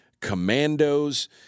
Commandos